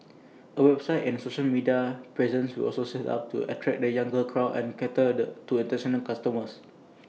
A website and social media presence was also set up to attract the younger crowd and cater to International customers